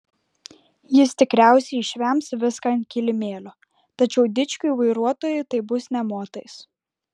jis tikriausiai išvems viską ant kilimėlio tačiau dičkiui vairuotojui tai bus nė motais